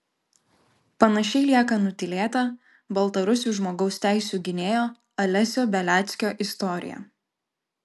panašiai lieka nutylėta baltarusių žmogaus teisių gynėjo alesio beliackio istorija